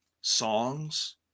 songs